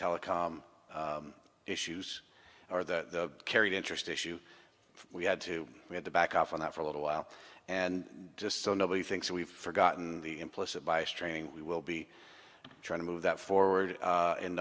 telecom issues or the carried interest issue we had to we had to back off on that for a little while and just so nobody thinks we've forgotten the implicit bias training we will be trying to move that forward